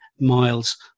miles